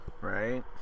Right